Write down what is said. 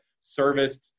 serviced